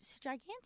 gigantic